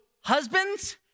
husbands